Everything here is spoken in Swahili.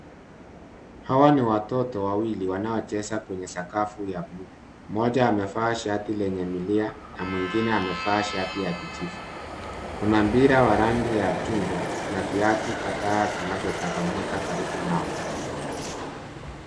Hawa ni watoto wawili wanao cheza kwenye sakafu ya bluu. Moja amevaa shati lenye milia na mwingine amevaa shati ya kijivu. Kuna mpira wa rangi ya chungwa na viatu kadhaa vinavyo tawanyika karibu nao.